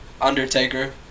Undertaker